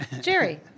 Jerry